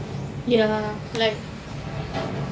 ya like